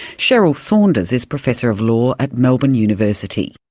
cheryl saunders is professor of law at melbourne university.